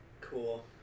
Cool